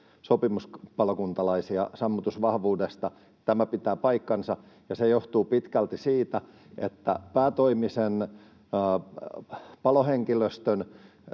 sopimuspalokuntalaisia. Tämä pitää paikkansa, ja se johtuu pitkälti siitä, että päätoimisen palohenkilöstön